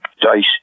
Dice